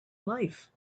life